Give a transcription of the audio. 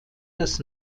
das